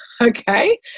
okay